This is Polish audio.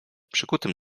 przykutym